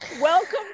welcome